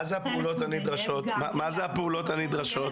מה זה הפעולות הנדרשות?